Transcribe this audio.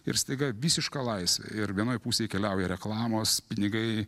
ir staiga visiška laisvė ir vienoj pusėj keliauja reklamos pinigai